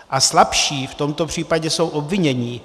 A slabší v tomto případě jsou obvinění.